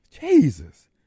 Jesus